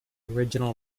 original